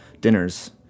dinners